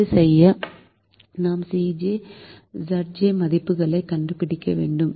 அதைச் செய்ய நாம் Cj Zj மதிப்புகளைக் கண்டுபிடிக்க வேண்டும்